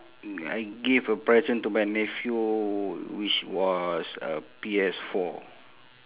I gave a present to my nephew which was a P_S four